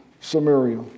Samaria